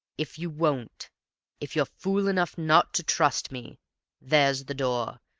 if you won't if you're fool enough not to trust me there's the door.